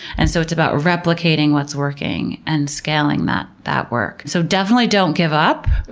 and so it's about replicating what's working and scaling that that work. so definitely don't give up,